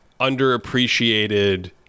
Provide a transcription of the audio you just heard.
underappreciated